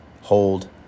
hold